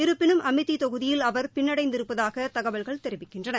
இருப்பினும் அமேதி தொகுதியில் அவர் பின்னடைந்திருப்பதாக தகவல்கள் தெரிவிக்கின்றன